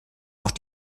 auch